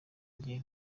rye